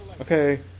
okay